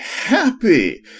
happy